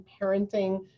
parenting